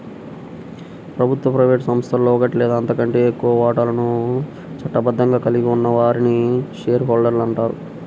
ప్రభుత్వ, ప్రైవేట్ సంస్థలో ఒకటి లేదా అంతకంటే ఎక్కువ వాటాలను చట్టబద్ధంగా కలిగి ఉన్న వారిని షేర్ హోల్డర్ అంటారు